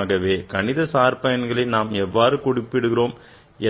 ஆகவே கணித சார் பயன்களை நாம் எவ்வாறு குறிப்பிடுகிறோம்